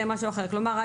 כלומר,